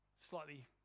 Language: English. slightly